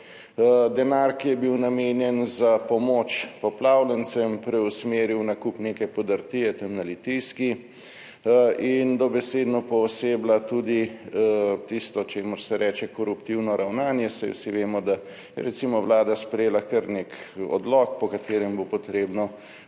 Denar, ki je bil namenjen za pomoč poplavljencem, preusmeri v nakup neke podrtije tam na Litijski. In dobesedno pooseblja tudi tisto, čemur se reče koruptivno ravnanje. Saj vsi vemo, da je recimo Vlada sprejela kar nek odlok, po katerem bo potrebno